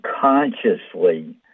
consciously